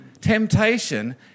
Temptation